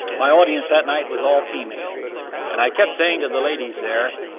my audience that night was all female and i kept saying to the ladies there,